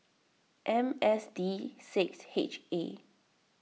M S D six H A